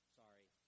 sorry